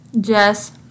Jess